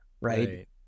right